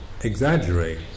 exaggerate